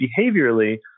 behaviorally